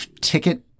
ticket